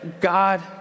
God